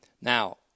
Now